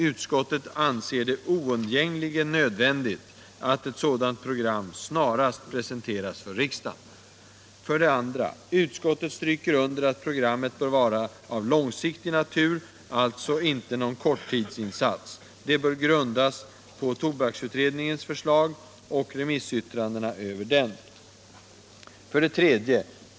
Utskottet anser det oundgängligen nödvändigt att ett sådant program snarast presenteras för riksdagen. 2. Utskottet stryker under att programmet bör vara av långsiktig natur, alltså inte någon korttidsinsats. Det bör grundas på tobaksutredningens förslag och remissyttrandena över det. 3.